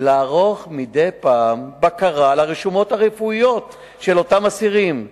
לערוך מדי פעם בקרה על הרשומות הרפואיות של אותם אסירים.